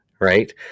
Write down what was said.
right